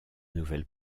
nouvelles